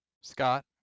Scott